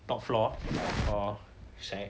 top floor orh shag